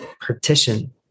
partition